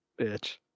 bitch